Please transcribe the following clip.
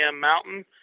Mountain